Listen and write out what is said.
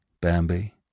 Bambi